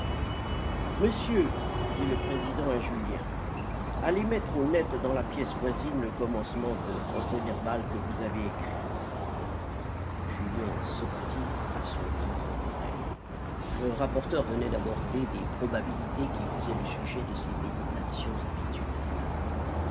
monsieur dit le président à julien allez mettre au net dans la pièce voisine le commencement de procès-verbal que vous avez écrit julien sortit à son grand regret le rapporteur venait d'aborder des probabilités qui faisaient le sujet de ses méditations habituelles